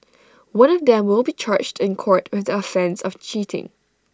one of them will be charged in court with the offence of cheating